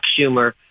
Schumer